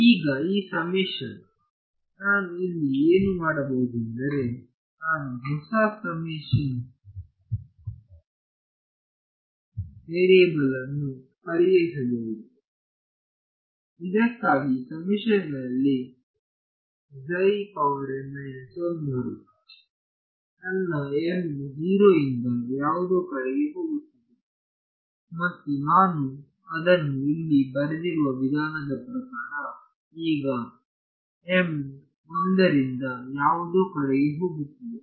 ಈಗ ಈ ಸಮೇಶನ್ ನಾನು ನಲ್ಲಿ ಏನು ಮಾಡಬಹುದೆಂದರೆ ನಾನು ಹೊಸ ಸಮೇಶನ್ ವೇರಿಯೇಬಲ್ ಅನ್ನು ಪರಿಚಯಿಸಬಹುದು ಇದಕ್ಕಾಗಿ ಸಮೇಶನ್ ನಲ್ಲಿ ನೋಡಿ ನನ್ನ m 0 ರಿಂದ ಯಾವುದೋ ಕಡೆಗೆ ಹೋಗುತ್ತಿದೆ ಮತ್ತು ನಾನು ಅದನ್ನು ಇಲ್ಲಿ ಬರೆದಿರುವ ವಿಧಾನನದ ಪ್ರಕಾರ ಈಗ m 1 ರಿಂದಯಾವುದೋ ಕಡೆಗೆ ಹೋಗುತ್ತಿದೆ